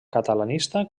catalanista